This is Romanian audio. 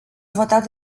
votat